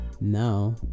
Now